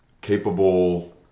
capable